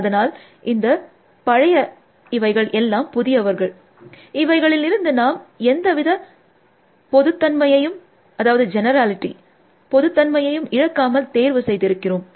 அதனால் இந்த பழைய இவைகள் எல்லாம் புதியவர்கள் இவைகளில் இருந்து நாம் எந்த வித பொதுத்தன்மையையும் இழக்காமல் தேர்வு செய்திருக்கிறோம்